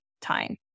time